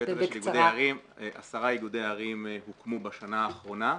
10 איגודי ערים הוקמו בשנה האחרונה,